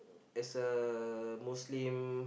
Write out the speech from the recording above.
as a muslim